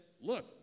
look